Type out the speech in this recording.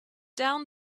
down